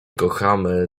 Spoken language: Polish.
kochamy